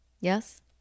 Yes